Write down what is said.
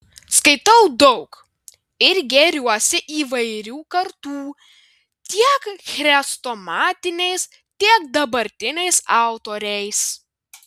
skaitau daug ir gėriuosi įvairių kartų tiek chrestomatiniais tiek dabartiniais autoriais